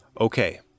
Okay